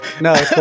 no